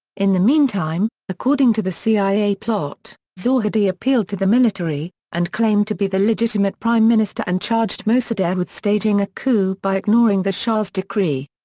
in the meantime, according to the cia plot, zahedi appealed to the military, and claimed to be the legitimate prime minister and charged mosaddegh with staging a coup by ignoring the shah's decree.